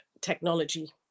technology